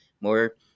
more